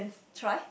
try